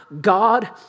God